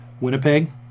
Winnipeg